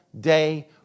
day